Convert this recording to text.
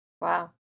Wow